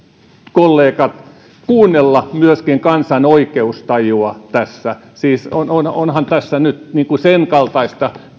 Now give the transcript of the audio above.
kollegat kuunnella myöskin kansan oikeustajua tässä siis onhan tässä nyt senkaltaista